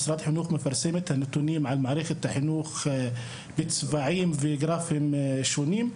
משרד החינוך מתפרסם את הנתונים על מערכת החינוך בצבעים ובגרפים שונים.